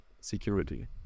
security